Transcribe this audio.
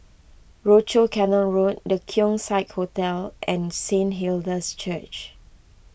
Rochor Canal Road the Keong Saik Hotel and Saint Hilda's Church